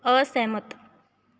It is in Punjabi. ਅਸਹਿਮਤ